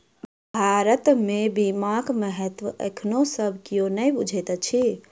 भारत मे बीमाक महत्व एखनो सब कियो नै बुझैत अछि